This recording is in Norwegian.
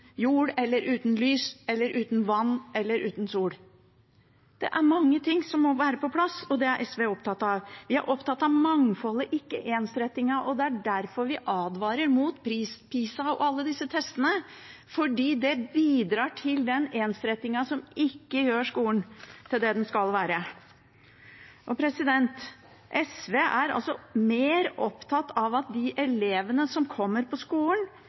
jord eller uten lys eller uten vann eller uten sol. Det er mange ting som må være på plass, og det er SV opptatt av. Vi er opptatt av mangfoldet, ikke ensrettinga, og det er derfor vi advarer mot PISA og alle disse testene, fordi det bidrar til den ensrettinga som ikke gjør skolen til det den skal være. SV er mer opptatt av at de elevene som kommer på skolen,